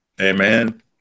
Amen